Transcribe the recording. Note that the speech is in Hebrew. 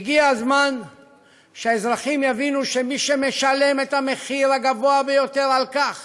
הגיע הזמן שהאזרחים יבינו שמי שמשלם את המחיר הגבוה ביותר על כך